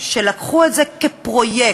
שלקחו את זה כפרויקט,